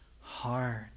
hard